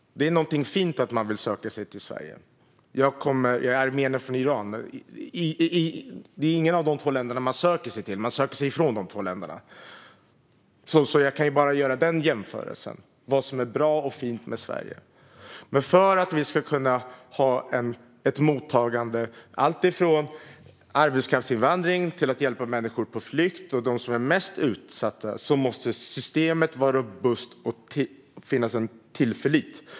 Det är något fint att vilja söka sig till Sverige. Jag är armenier från Iran. Inget av de två länderna är något man söker sig till, utan man söker sig ifrån dem. Jag kan göra jämförelsen med vad som är bra och fint med Sverige. Men för att vi ska kunna ha ett mottagande, allt från arbetskraftsinvandring till att hjälpa människor på flykt och dem som är mest utsatta, måste systemet vara robust och en tillit finnas.